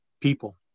people